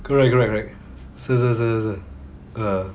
correct correct correct 是是是是 uh